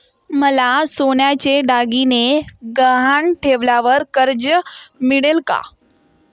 मला सोन्याचे दागिने गहाण ठेवल्यावर कर्ज मिळेल का?